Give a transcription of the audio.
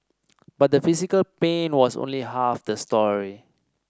but the physical pain was only half the story